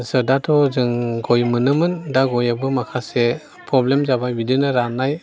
आस्सा दाथ' जों गय मोनोमोन दा गयाबो माखासे प्रब्लेम जाबाय बिदिनो राननाय